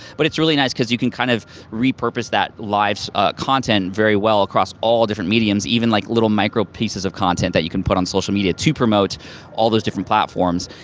but it's really nice cuz you can kind of repurpose that live content very well across all different mediums, even like little micro pieces of content that you can put on social media to promote all those different platforms.